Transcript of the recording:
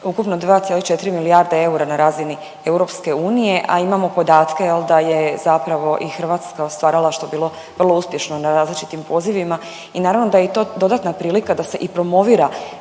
Ukupno 2,4 milijarde eura na razini EU, a imamo podatke da je zapravo i hrvatsko stvaralaštvo bilo vrlo uspješno na različitim pozivima i naravno da je i to dodatna prilika da se i promovira